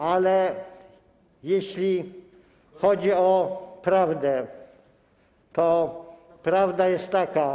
Ale jeśli chodzi o prawdę, to prawda jest taka.